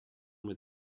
with